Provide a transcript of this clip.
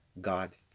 God